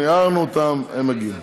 הערנו אותם, הם מגיעים.